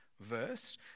verse